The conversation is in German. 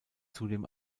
zudem